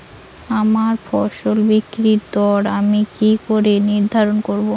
আমার ফসল বিক্রির দর আমি কি করে নির্ধারন করব?